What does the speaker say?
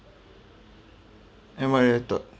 am I added